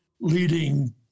leading